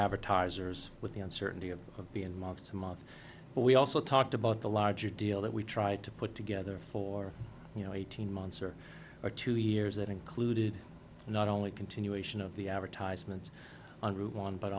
advertisers with the uncertainty of being month to month but we also talked about the larger deal that we tried to put together for you know eighteen months or or two years that included not only continuation of the advertisement on route one but